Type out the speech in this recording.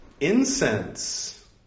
Incense